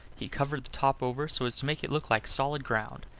he covered the top over so as to make it look like solid ground.